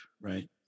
right